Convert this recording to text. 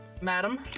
Madam